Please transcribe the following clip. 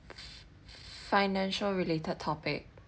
financial related topic